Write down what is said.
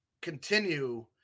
continue